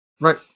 Right